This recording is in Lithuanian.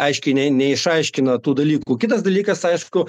aiškiai ne neišaiškino tų dalykų kitas dalykas aišku